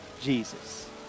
Jesus